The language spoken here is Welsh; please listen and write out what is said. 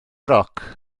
roc